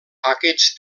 aquests